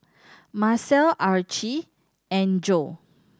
Macel Archie and Joe